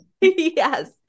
Yes